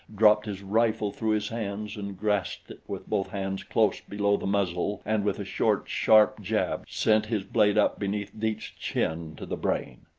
dropped his rifle through his hands and grasped it with both hands close below the muzzle and with a short, sharp jab sent his blade up beneath dietz's chin to the brain.